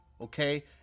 okay